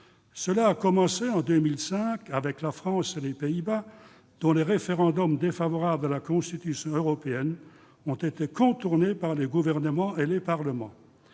Cela a commencé en 2005, avec la France et les Pays-Bas, dont les référendums défavorables à la Constitution européenne ont été contournés par les gouvernements et les parlements.